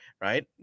right